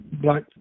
black